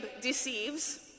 deceives